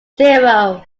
zero